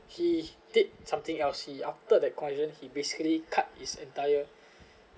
he did something else after that conversation he basically cut his entire